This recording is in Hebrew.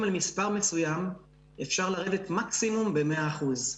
על מספר מסוים אפשר לרדת מקסימום במאה אחוז.